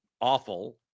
awful